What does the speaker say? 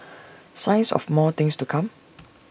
signs of more things to come